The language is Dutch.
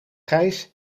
gijs